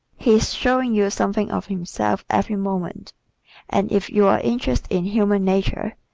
he is showing you something of himself every moment and if you are interested in human nature,